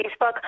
Facebook